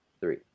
three